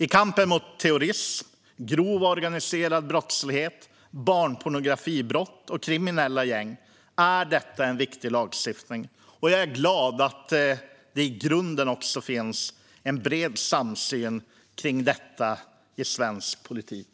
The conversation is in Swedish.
I kampen mot terrorism, grov organiserad brottslighet, barnpornografibrott och kriminella gäng är detta en viktig lagstiftning. Jag är glad över att det i grunden i dag också finns en bred samsyn om detta i svensk politik.